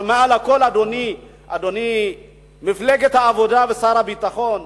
אבל מעל לכול, אדוני, מפלגת העבודה ושר הביטחון,